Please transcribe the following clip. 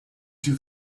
two